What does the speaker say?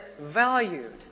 valued